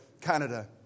Canada